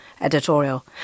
editorial